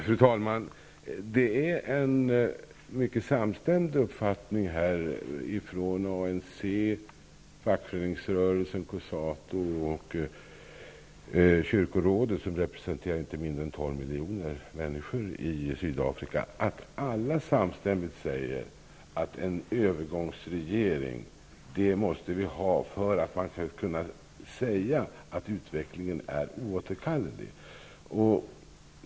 Fru talman! Det är en mycket samstämmig uppfattning inom ANC, fackföreningsrörelsen COSATU och kyrkorådet, som representerar inte mindre än 12 miljoner människor i Sydafrika. Alla säger att en övergångsregering är nödvändig för att man skall kunna räkna med att utvecklingen är oåterkallelig.